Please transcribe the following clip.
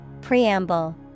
Preamble